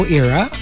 era